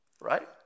right